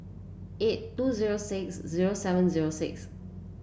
eight two zero six zero seven zero six